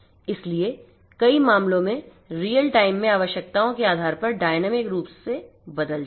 इसलिए कई मामलों में रियल टाइम में आवश्यकताओं के आधार पर डायनामिक रूप से बदल जाएगा